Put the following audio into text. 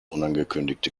unangekündigte